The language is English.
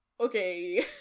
Okay